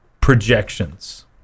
projections